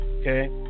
Okay